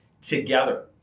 together